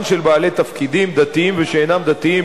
של בעלי תפקידים דתיים ושאינם דתיים,